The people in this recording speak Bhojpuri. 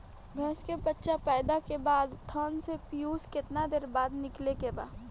भैंस के बच्चा पैदा के बाद थन से पियूष कितना देर बाद निकले के बा?